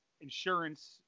insurance